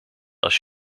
als